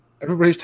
Everybody's